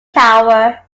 tower